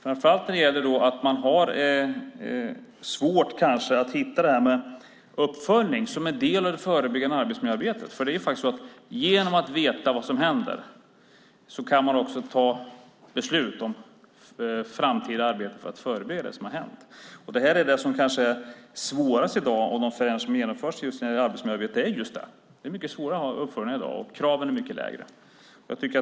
Framför allt gäller det att man har svårt att hitta detta med uppföljning som en del av det förebyggande arbetsmiljöarbetet. Genom att veta vad som händer kan man ta beslut om framtida arbete för att förebygga. I dag, med de förändringar som genomförs när det gäller arbetsmiljöarbetet, är det mycket svårare att ha uppföljning. Kraven är mycket lägre.